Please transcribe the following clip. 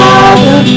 Father